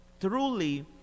truly